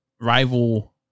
rival